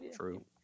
True